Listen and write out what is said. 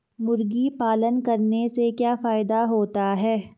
मुर्गी पालन करने से क्या फायदा होता है?